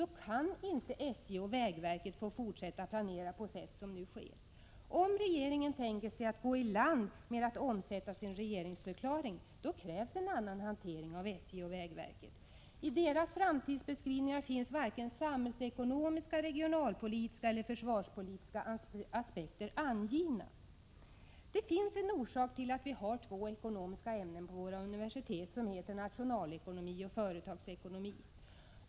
Då kan inte SJ och vägverket fortsätta planera på det sätt som nu sker. Om regeringen tänker sig att ”gå i land” med att omsätta sin regeringsförklaring, då krävs en annan hantering av SJ och vägverket. I deras framtidsbeskrivningar finns varken samhällsekonomiska, regionalpolitiska eller försvarspolitiska aspekter angivna. Det finns en orsak till att vi på våra universitet har två ekonomiska ämnen, som heter nationalekonomi och företagsekonomi.